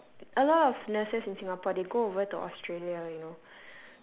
like a lot of nurses in singapore they go over to australia you know